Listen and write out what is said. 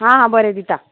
आं हा बरें दिता